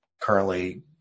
currently